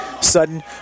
sudden